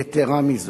יתירה מזאת,